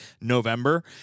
november